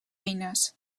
eines